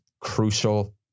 crucial